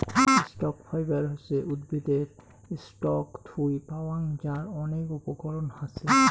stock fibre হসে উদ্ভিদের stock থুই পাওয়াং যার অনেক উপকরণ হাছে